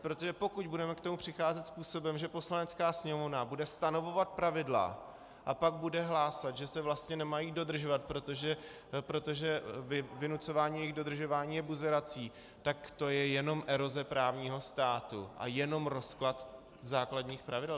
Protože pokud k tomu budeme přicházet způsobem, že Poslanecká sněmovna bude stanovovat pravidla, a pak bude hlásat, že se vlastně nemají dodržovat, protože vynucování jejich dodržování je buzerací, tak to je jenom eroze právního státu a jenom rozklad základních pravidel.